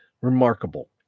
remarkable